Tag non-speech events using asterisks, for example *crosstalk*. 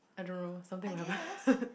I don't know something will happen *laughs*